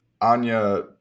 Anya